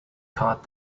card